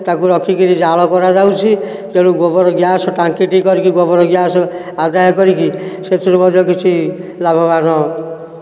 ତାକୁ ରଖିକରି ଜାଳ କରାଯାଉଛି ତେଣୁ ଗୋବର ଗ୍ୟାସ୍ ଟାଙ୍କିଟି କରିକି ଗୋବର ଗ୍ୟାସ୍ ଆଦାୟ କରିକି ସେଥିରୁ ମଧ୍ୟ କିଛି ଲାଭବାନ